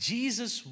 Jesus